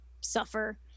suffer